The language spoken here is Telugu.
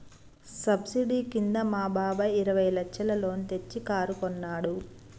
సబ్సిడీ కింద మా బాబాయ్ ఇరవై లచ్చల లోన్ తెచ్చి కారు కొన్నాడు